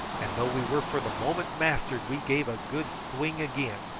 and though we were for the moment mastered we gave a good swing again,